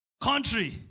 country